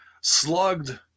Slugged